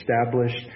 established